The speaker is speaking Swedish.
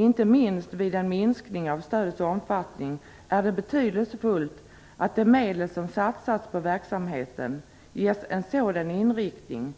Inte minst vid en minskning av stödets omfattning är det betydelsefullt att de medel som satsas på verksamheten ges en sådan inriktning